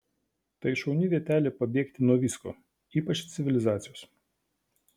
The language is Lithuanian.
tai šauni vietelė pabėgti nuo visko ypač civilizacijos